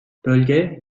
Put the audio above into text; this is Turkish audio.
bölge